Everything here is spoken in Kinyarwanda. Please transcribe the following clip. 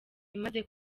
imaze